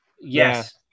Yes